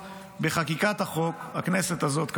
בחקיקת החוק בכמה שבועות בכנסת הזאת.